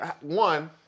one